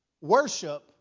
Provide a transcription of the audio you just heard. worship